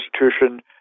institution